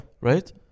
Right